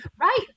right